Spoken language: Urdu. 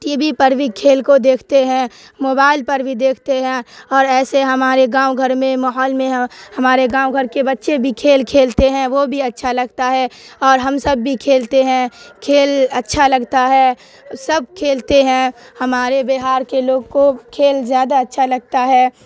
ٹی وی پر بھی کھیل کو دیکھتے ہیں موبائل پر بھی دیکھتے ہیں اور ایسے ہمارے گاؤں گھر میں ماحول میں ہمارے گاؤں گھر کے بچے بھی کھیل کھیلتے ہیں وہ بھی اچھا لگتا ہے اور ہم سب بھی کھیلتے ہیں کھیل اچھا لگتا ہے سب کھیلتے ہیں ہمارے بہار کے لوگ کو کھیل زیادہ اچھا لگتا ہے